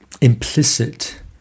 implicit